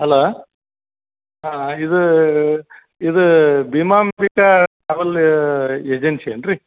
hello ಹಾಂ ಇದು ಇದು ಭೀಮಾಂಬಿಕಾ ಟ್ರಾವಲ್ ಏಜೆನ್ಸಿ ಏನು ರೀ